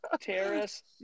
terrace